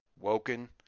woken